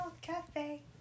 cafe